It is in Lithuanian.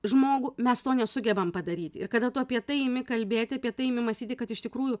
žmogų mes to nesugebam padaryti ir kada tu apie tai imi kalbėti apie tai imi mąstyti kad iš tikrųjų